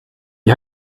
wie